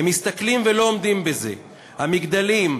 הם מסתכלים ולא עומדים בזה: המגדלים,